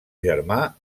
germà